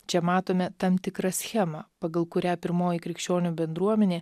čia matome tam tikrą schemą pagal kurią pirmoji krikščionių bendruomenė